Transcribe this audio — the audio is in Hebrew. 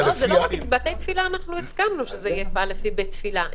לגבי בתי תפילה אנחנו הסכמנו שזה יהיה לפי בית תפילה.